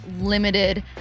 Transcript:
limited